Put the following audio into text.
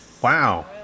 Wow